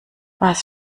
was